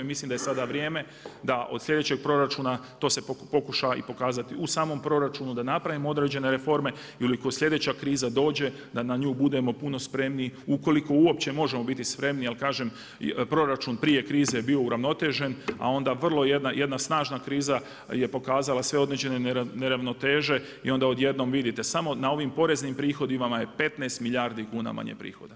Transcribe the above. Mislim da je sada vrijeme da od sljedećeg proračuna to se pokuša i pokazati u samom proračunu da napravimo određene reforme ili ako sljedeća kriza dođe da na nju budemo puno spremniji ukoliko uopće možemo biti spremni jer kažem proračun prije krize je bio uravnotežen a onda vrlo jedna snažna kriza je pokazala sve određene neravnoteže i onda odjednom vidite, samo na ovim poreznim prihodima je 15 milijardi kuna manje prihoda.